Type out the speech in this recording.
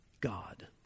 God